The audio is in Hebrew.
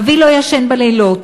אבי לא ישן בלילות.